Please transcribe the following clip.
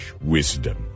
wisdom